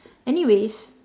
anyways